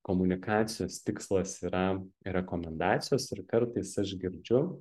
komunikacijos tikslas yra rekomendacijos ir kartais aš girdžiu